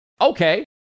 okay